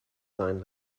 sign